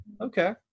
Okay